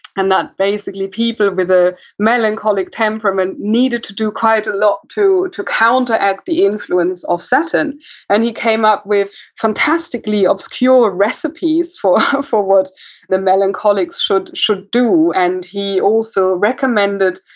and that basically people with a melancholic temperament needed to do quite a lot to to counteract the influence of saturn and he came up with fantastically obscure recipes for what what the melancholic should should do. and he also recommended,